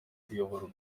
kuyoborwa